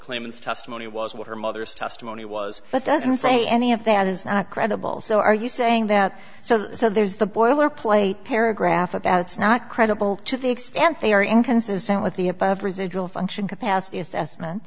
claimants testimony was what her mother's testimony was but doesn't say any of that is not credible so are you saying that so there's the boilerplate paragraph about it's not credible to the extent they are inconsistent with the above residual function capacity assessment